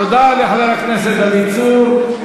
תודה לחבר הכנסת דוד צור.